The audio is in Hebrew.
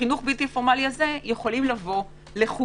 בחינוך בלתי פורמלי הזה יכולים לבוא לחוגים